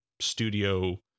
studio